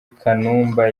kanumba